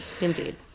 Indeed